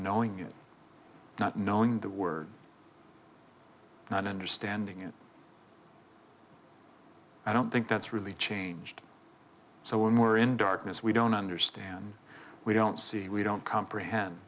knowing it not knowing the word not understanding it i don't think that's really changed so when we're in darkness we don't understand we don't see we don't comprehend